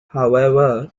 however